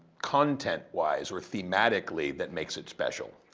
content-wise or thematically, that makes it special?